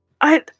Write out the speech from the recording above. I-